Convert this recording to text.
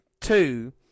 two